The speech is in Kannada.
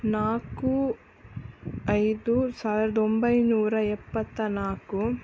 ನಾಲ್ಕು ಐದು ಸಾವಿರ್ದ ಒಂಬೈನೂರ ಎಪ್ಪತ್ತ ನಾಲ್ಕು